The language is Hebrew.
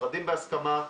נפרדים בהסכמה,